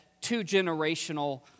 two-generational